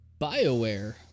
Bioware